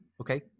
Okay